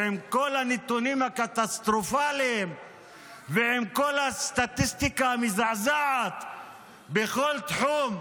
עם כל הנתונים הקטסטרופליים ועם כל הסטטיסטיקה המזעזעת בכל תחום,